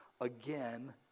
again